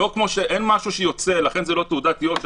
אין משהו שיוצא, ולכן זאת לא תעודת יושר.